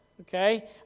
Okay